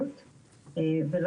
יחד עם כרטיס מזון,